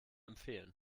empfehlen